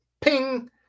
ping